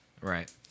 right